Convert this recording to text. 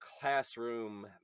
classroom